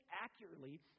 accurately